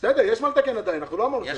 --- יש מה לתקן עדיין, לא אמרנו שלא.